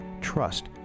trust